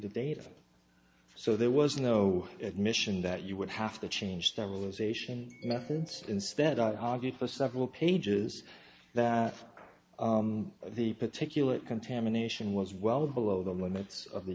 data so there was no admission that you would have to change their realization methods instead i argued for several pages that the particulate contamination was well below the limits of the